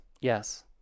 yes